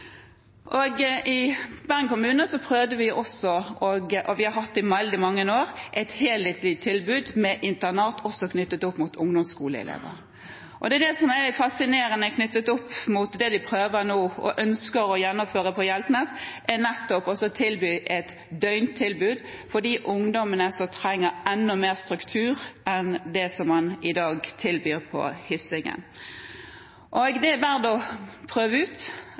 I Bergen kommune prøvde vi også – og vi har hatt det i veldig mange år – et helhetlig tilbud med internat, også knyttet opp mot ungdomsskoleelever. Det er det som er litt fascinerende når det gjelder det de nå prøver og ønsker å gjennomføre på Hjeltnes, nettopp å tilby et døgntilbud for de ungdommene som trenger enda mer struktur enn det man i dag tilbyr på Hyssingen. Det er verdt å prøve ut.